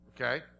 Okay